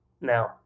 Now